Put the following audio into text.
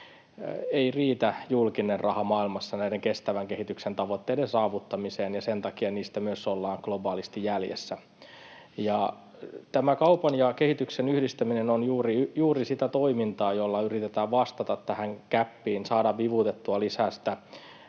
ei riitä julkinen raha maailmassa näiden kestävän kehityksen tavoitteiden saavuttamiseen ja sen takia niistä myös ollaan globaalisti jäljessä. Kaupan ja kehityksen yhdistäminen on juuri sitä toimintaa, jolla yritetään vastata tähän gäppiin, saadaan vivutettua lisää